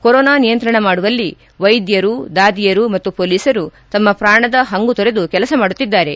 corona ನಿಯಂತ್ರಣ ಮಾಡುವಲ್ಲಿ ವೈದ್ಧರು ದಾದಿಯರು ಮತ್ತು ಪೊಲೀಸರು ತಮ್ನ ಪ್ರಾಣದ ಹಂಗು ತೊರೆದು ಕೆಲಸ ಮಾಡುತ್ತಿದ್ದಾರೆ